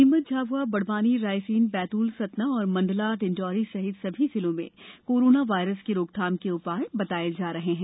नीमच झाबुआ बड़वानी रायसेन बैतूल सतना और मंडला डिंडोरी सहित सभी जिलों में कोरोना वायरस की रोकथाम के उपाय बताये जा रहे हैं